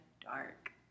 dark